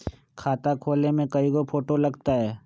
खाता खोले में कइगो फ़ोटो लगतै?